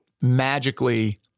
magically